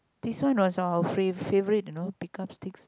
this one was our fav~ favourite you know pick up sticks